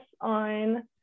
on